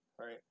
right